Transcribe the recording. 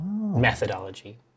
methodology